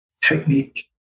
technique